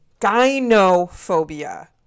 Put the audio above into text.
Gynophobia